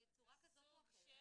בצורה כזאת או אחרת זה קו חם.